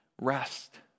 rest